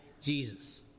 Jesus